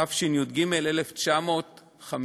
התשי"ג 1953,